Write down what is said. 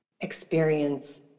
experience